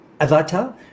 Avatar